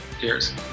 cheers